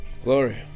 Glory